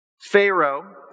Pharaoh